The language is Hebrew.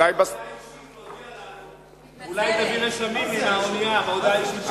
אולי יש לה הודעה אישית להודיע לנו.